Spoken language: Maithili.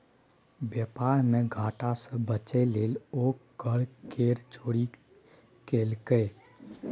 बेपार मे घाटा सँ बचय लेल ओ कर केर चोरी केलकै